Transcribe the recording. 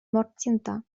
mortinta